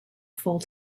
full